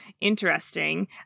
interesting